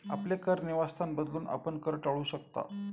आपले कर निवासस्थान बदलून, आपण कर टाळू शकता